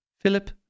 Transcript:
Philip